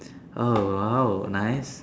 oh !wow! nice